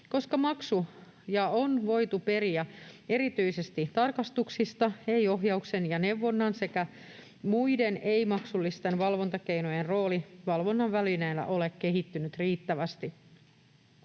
Koska maksuja on voitu periä erityisesti tarkastuksista, ei ohjauksen ja neuvonnan sekä muiden ei-maksullisten valvontakeinojen rooli valvonnan välineenä ole kehittynyt riittävästi.